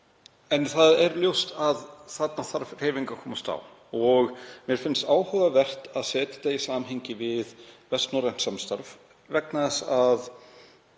Það er ljóst að þarna þarf hreyfing að komast á. Mér finnst áhugavert að setja það í samhengi við vestnorrænt samstarf vegna þess að